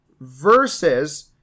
versus